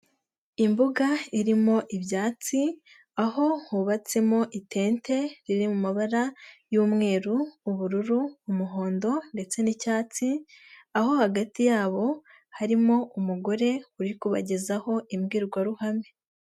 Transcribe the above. Imbuga irimo ibyatsi aho hubatsemo itente riri mu mabara y'umweru, ubururu, umuhondo, ndetse n'icyatsi, aho hagati yabo harimo umugore uri kubagezaho imbwirwaruhame.